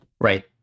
Right